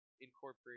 incorporate